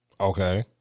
Okay